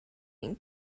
can